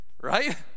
right